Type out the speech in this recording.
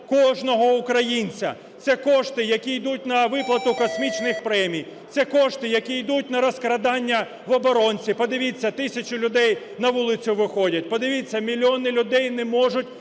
кожного українця. Це кошти, які йдуть на виплату космічних премій, це кошти, які йдуть на розкрадання в оборонці. Подивіться, тисячі людей на вулицю виходять. Подивіться, мільйони людей не можуть